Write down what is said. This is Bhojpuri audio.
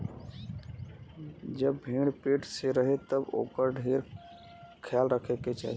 जब भेड़ पेट से रहे तब ओकर ढेर ख्याल रखे के चाही